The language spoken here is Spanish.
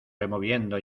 removiendo